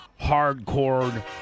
hardcore